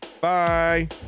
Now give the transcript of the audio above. Bye